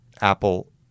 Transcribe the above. Apple